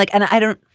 like and i don't.